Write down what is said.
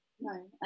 no